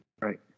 Right